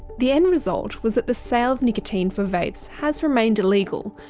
the end result was that the sale of nicotine for vapes has remained illegal.